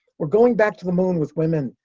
we're going back to the moon with women,